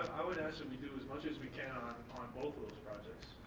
i would ask that we do as much as we can on both of those projects,